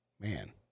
man